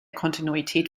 kontinuität